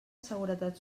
seguretat